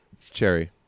Cherry